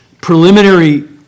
preliminary